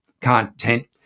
content